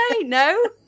No